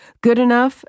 Goodenough